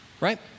right